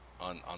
on